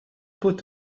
pot